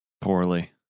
Poorly